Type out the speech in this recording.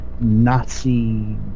Nazi